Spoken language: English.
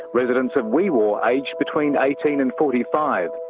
residents of wee waa, aged between eighteen and forty five.